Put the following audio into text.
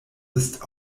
ist